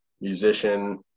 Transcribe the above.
musician